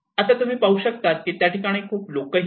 आता तुम्ही पाहू शकतात की त्या ठिकाणी खूप लोक नाही